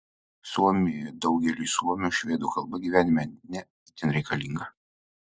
suomijoje daugeliui suomių švedų kalba gyvenime ne itin reikalinga